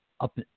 up